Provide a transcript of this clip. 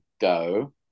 go